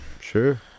Sure